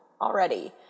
already